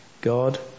god